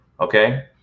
Okay